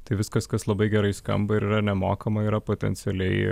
tai viskas kas labai gerai skamba ir yra nemokama yra potencialiai